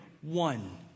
one